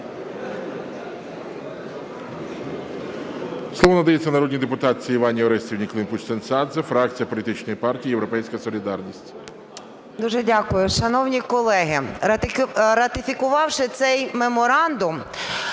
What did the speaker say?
Дуже дякую. Шановні колеги, ратифікувавши цей меморандум,